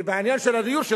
ובעניין הדיור,